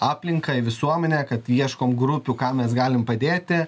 aplinką į visuomenę kad ieškom grupių ką mes galim padėti